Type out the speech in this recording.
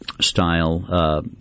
style